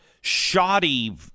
shoddy